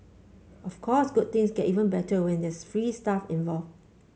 of course good things get even better when there's free stuff involved